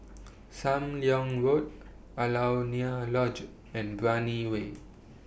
SAM Leong Road Alaunia Lodge and Brani Way